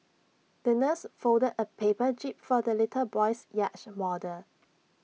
the nurse folded A paper jib for the little boy's yacht model